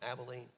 Abilene